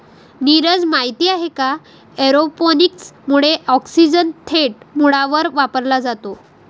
नीरज, माहित आहे का एरोपोनिक्स मुळे ऑक्सिजन थेट मुळांवर वापरला जातो